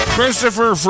Christopher